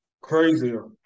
crazier